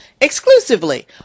exclusively